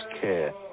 care